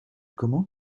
comment